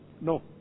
No